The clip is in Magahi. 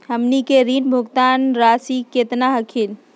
हमनी के ऋण भुगतान रासी केतना हखिन?